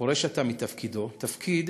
הפורש עכשיו מתפקידו, תפקיד